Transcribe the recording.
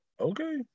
Okay